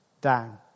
down